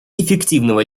эффективного